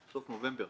סוף נובמבר.